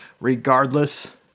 regardless